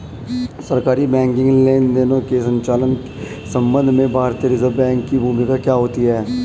सरकारी बैंकिंग लेनदेनों के संचालन के संबंध में भारतीय रिज़र्व बैंक की भूमिका क्या होती है?